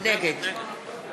נגד